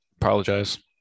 Apologize